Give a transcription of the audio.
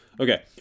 Okay